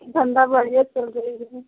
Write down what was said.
धंधा बढ़िया चल रहा है